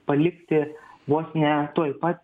palikti vos ne tuoj pat